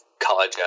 college